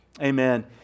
Amen